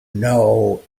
know